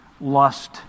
lust